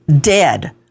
dead